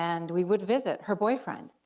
and we would visit her boyfriend.